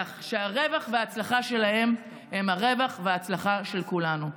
כך שהרווח וההצלחה שלהם הם הרווח וההצלחה של כולנו.